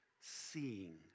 seeing